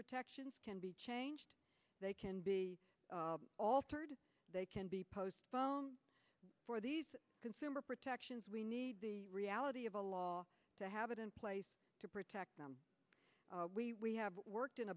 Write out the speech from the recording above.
protections can be changed they can be altered they can be postponed for these consumer protections we need the reality of the law to have it in place to protect them we have worked in